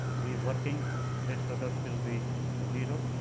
be working and rest others will be zero.